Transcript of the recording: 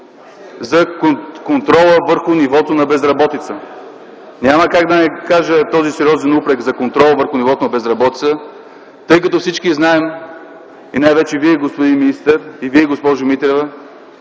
за контрола върху нивото на безработица. Няма как да не кажа този сериозен упрек за контрола върху нивото на безработица, тъй като всички знаем – и най-вече Вие, господин министър, и Вие, госпожо Митрева,